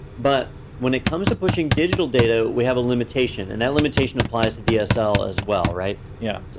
but when it comes to pushing digital data, we have a limitation, and that limitation applies to dsl as well, right? yeah,